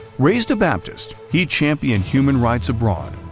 raised a baptist, he championed human rights abroad,